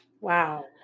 Wow